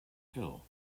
hill